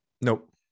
nope